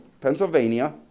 Pennsylvania